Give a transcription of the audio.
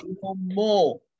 more